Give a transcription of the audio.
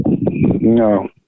No